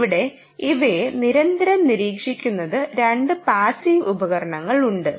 ഇവിടെ ഇവയെ നിരന്തരം നിരീക്ഷിക്കുന്ന രണ്ട് പാസീവ് ഉപകരണങ്ങൾ ഉണ്ട്